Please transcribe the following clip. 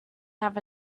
had